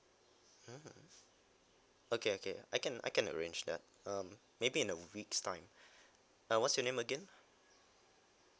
mmhmm okay okay I can I can arrange that um maybe in a week's time uh what's your name again